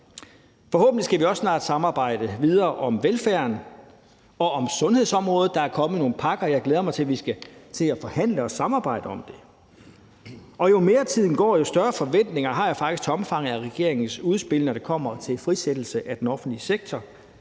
Forhåbentlig skal vi også snart samarbejde videre om velfærden og om sundhedsområdet. Der er kommet nogle pakker, og jeg glæder mig til, at vi skal til at forhandle og samarbejde om det. Jo mere tiden går, jo større forventninger har jeg faktisk til omfanget af regeringens udspil, når det kommer til frisættelse af den offentlige sektor.